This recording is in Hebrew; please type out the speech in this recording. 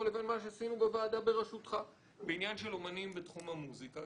לבין מה שעשינו בוועדה בראשותך בעניין של אמנים בתחום המוזיקה.